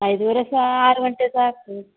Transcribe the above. ಐದೂವರೆ ಸಹ ಆರು ಗಂಟೆ ಸಹ ಆಗ್ತದೆ